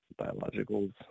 biologicals